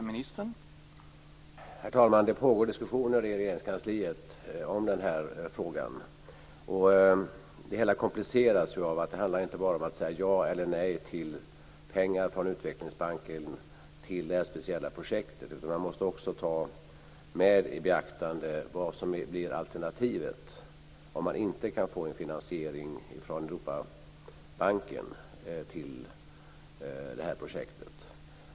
Herr talman! Det pågår diskussioner i Regeringskansliet om den här frågan. Det hela kompliceras av att det inte bara handlar om att säga ja eller nej till pengar från Utvecklingsbanken till det här speciella projektet, utan man måste också ta i beaktande vad som blir alternativet om det inte går att få en finansiering av projektet från Europabanken.